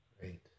Great